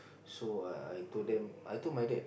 so err I told them I told my dad